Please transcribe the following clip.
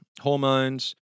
hormones